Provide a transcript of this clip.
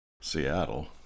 Seattle